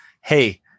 Hey